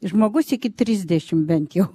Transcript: žmogus iki trisdešim bent jau